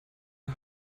der